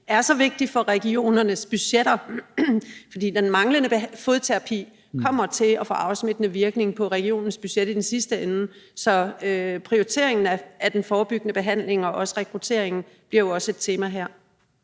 er så vigtig for regionernes budgetter, fordi den manglende fodterapi kommer til at få afsmittende virkning på regionernes budget i den sidste ende. Så prioriteringen af den forebyggende behandling og også rekrutteringen bliver jo et tema her.